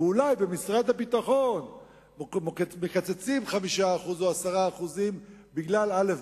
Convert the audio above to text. ואולי במשרד הביטחון מקצצים 5% או 10% בגלל א',